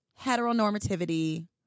heteronormativity